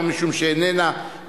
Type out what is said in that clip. הוא חשב שזה ראוי להיעשות,